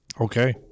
Okay